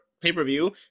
pay-per-view